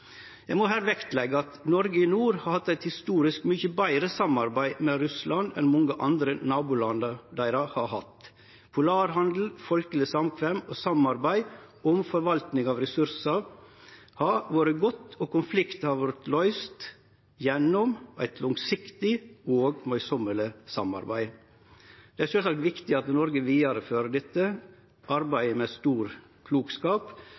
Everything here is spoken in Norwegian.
Eg må her vektleggje at Noreg i nord har hatt eit historisk mykje betre samarbeid med Russland enn det mange andre av nabolanda deira har hatt. Polarhandel, folkeleg samkvem og samarbeid om forvaltninga av ressursar har vore godt, og konfliktar har vorte løyste gjennom eit langsiktig og mødesamt samarbeid. Det er sjølvsagt viktig at Noreg fører vidare dette arbeidet med stor klokskap,